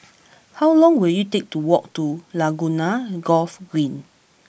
how long will it take to walk to Laguna Golf Green